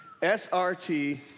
SRT